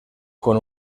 con